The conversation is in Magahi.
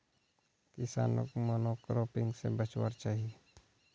किसानोक मोनोक्रॉपिंग से बचवार चाही